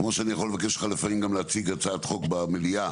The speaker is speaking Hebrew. כמו שאני יכול לבקש ממך לפעמים להציג הצעת חוק במליאה,